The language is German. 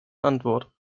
antwort